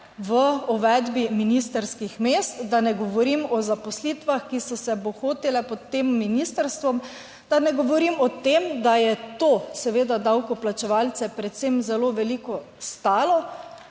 v uvedbi ministrskih mest, da ne govorim o zaposlitvah, ki so se bohotile pod tem ministrstvom, da ne govorim o tem, da je to seveda davkoplačevalce predvsem zelo veliko stalo.